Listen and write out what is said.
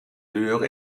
dure